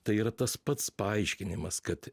tai yra tas pats paaiškinimas kad